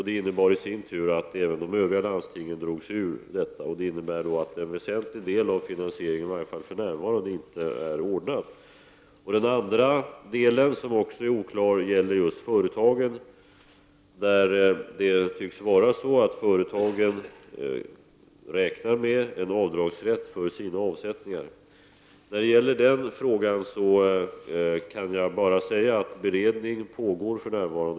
Det innebar i sin tur att även de övriga landstingen drog sig ur projektet. Detta betyder att en väsentlig del av finansieringen i varje fall för närvarande inte är ordnad. Den andra oklarheten gäller just företagen. Det tycks vara så att företagen räknar med avdragsrätt för sina avsättningar. I den frågan kan jag bara säga att beredning för närvarande pågår.